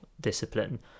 discipline